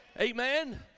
Amen